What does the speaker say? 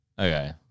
Okay